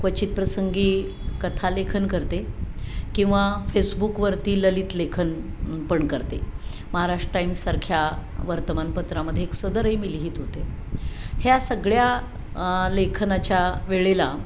क्वचित प्रसंगी कथा लेखन करते किंवा फेसबुकवरती ललित लेखन पण करते महाराष्ट्र टाईमसारख्या वर्तमानपत्रामध्ये एक सदरही मी लिहित होते ह्या सगळ्या लेखनाच्या वेळेला